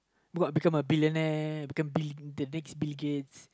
what become a billionaire become the next Bill-Gates